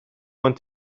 want